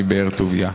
מבאר-טוביה.